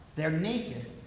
they're naked,